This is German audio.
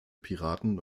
piraten